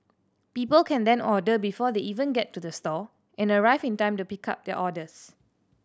people can then order before they even get to the store and arrive in time to pick up their orders